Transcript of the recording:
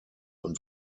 und